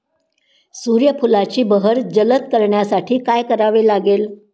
सूर्यफुलाची बहर जलद करण्यासाठी काय करावे लागेल?